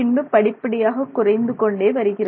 பின்பு படிப்படியாக குறைந்து கொண்டே வருகிறது